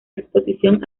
exposición